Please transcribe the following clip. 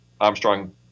Armstrong